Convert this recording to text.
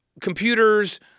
computers